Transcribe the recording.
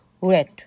red